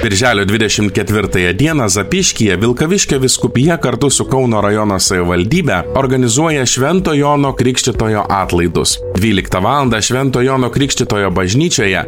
birželio dvidešimt ketvirtąją dieną zapyškyje vilkaviškio vyskupija kartu su kauno rajono savivaldybe organizuoja švento jono krikštytojo atlaidus dvyliktą valandą švento jono krikštytojo bažnyčioje